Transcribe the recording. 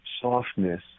softness